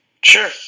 Sure